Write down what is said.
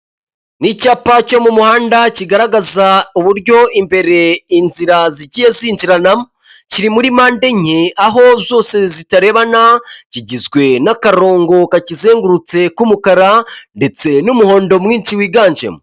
Ni icyapa cyo mu muhanda kigaragaza uburyo imbere inzira zigiye zinjiranamo kiri muri mpande enye aho zose zitarebana kigizwe n'akarongo kakizengurutse k'umukara ndetse n'umuhondo mwinshi wiganjemo .